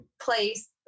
place